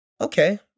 okay